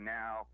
now